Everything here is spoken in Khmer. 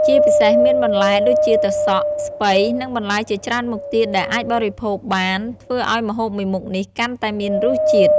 ជាពិសេសមានបន្លែដូចជាត្រសក់ ស្ពៃ និងបន្លែជាច្រើនមុខទៀតដែលអាចបរិភោគបានធ្វើឱ្យម្ហូបមួយមុខនេះកាន់តែមានរសជាតិ។